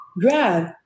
Grab